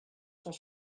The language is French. cent